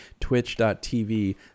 twitch.tv